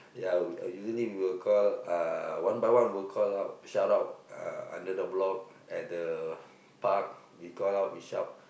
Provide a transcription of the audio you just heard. ya usually we will call uh one by one we'll call out shout out uh under the block at the park we call out we shout